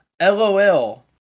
LOL